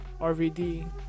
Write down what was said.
RVD